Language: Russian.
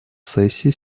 сессии